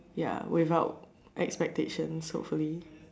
ya without expectations hopefully